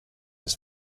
his